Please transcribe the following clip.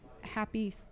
happy